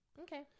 Okay